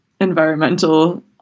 environmental